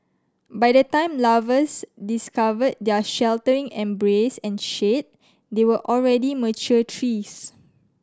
by the time lovers discovered their sheltering embrace and shade they were already mature trees